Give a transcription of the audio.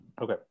Okay